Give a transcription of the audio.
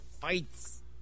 fights